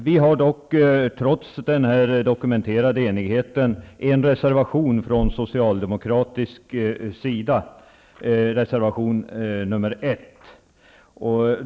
Vi har dock trots denna dokumenterade enighet en reservation från socialdemokratisk sida, reservation nr 1.